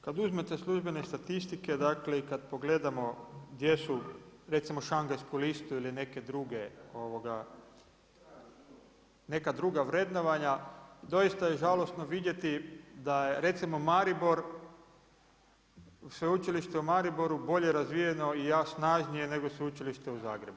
Kad uzmete službene statistike, dakle i kad pogledamo gdje su recimo Šangajsku listu ili neka druga vrednovanja doista je žalosno vidjeti da je recimo Maribor, Sveučilište u Mariboru bolje razvijeno i snažnije nego Sveučilište u Zagrebu.